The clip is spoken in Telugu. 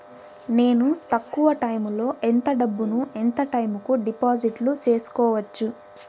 నేను తక్కువ టైములో ఎంత డబ్బును ఎంత టైము కు డిపాజిట్లు సేసుకోవచ్చు?